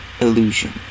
illusion